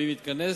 ואם יתכנס,